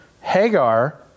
Hagar